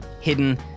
hidden